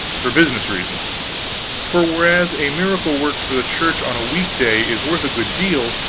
for business reasons for whereas a miracle worked for the church on a week-day is worth a good deal,